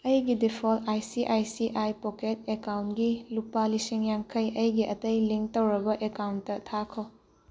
ꯑꯩꯒꯤ default I C I C I pocket ꯑꯦꯀꯥꯎꯟꯒꯤ ꯂꯨꯄꯥ ꯂꯤꯁꯤꯡ ꯌꯥꯡꯈꯩ ꯑꯩꯒꯤ ꯑꯇꯩ ꯂꯤꯡꯛ ꯇꯧꯔꯕ ꯑꯦꯀꯥꯎꯟꯇ ꯊꯥꯈꯣ